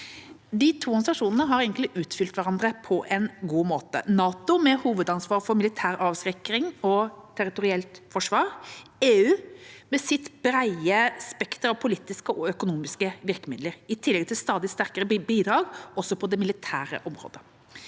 De to organisasjonene har egentlig utfylt hverandre på en god måte: NATO med hovedansvar for militær avskrekking og territorielt forsvar, og EU med sitt brede spekter av politiske og økonomiske virkemidler, i tillegg til stadig sterkere bidrag også på det militære området.